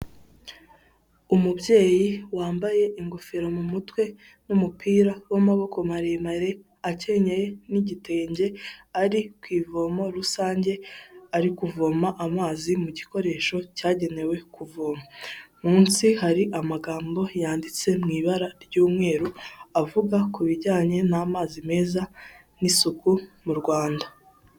Umubyeyi wambaye ingofero mu mutwe n'umupira w'amaboko maremare, akenyeye n'igitenge, ari ku ivomo rusange ari kuvoma amazi mu gikoresho cyagenewe kuvoma, munsi hari amagambo yanditse mu ibara ry'umweru, avuga ku bijyanye n'amazi meza n'isuku mu Rwanda.